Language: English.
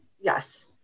Yes